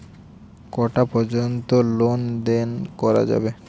কটা পর্যন্ত লেন দেন করা যাবে?